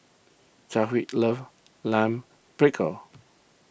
Chadwick loves Lime Pickle